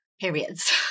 Periods